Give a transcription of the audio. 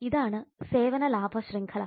അതിനാൽ ഇതാണ് സേവന ലാഭ ശൃംഖല